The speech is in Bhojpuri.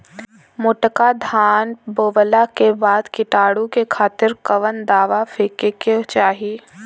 मोटका धान बोवला के बाद कीटाणु के खातिर कवन दावा फेके के चाही?